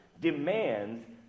demands